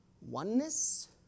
oneness